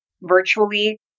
virtually